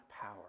power